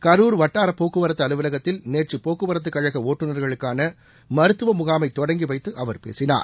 கரூர் வட்டார போக்குவரத்து அலுவலகத்தில் நேற்று போக்குவரத்துக் கழக ஒட்டுநர்களுக்கான மருத்துவ முகாமை தொடங்கி வைத்து அவர் பேசினார்